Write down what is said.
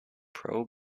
pro